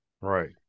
Right